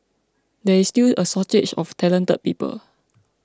there is still a shortage of talented people